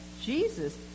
jesus